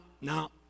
no